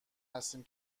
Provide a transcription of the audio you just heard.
هستیم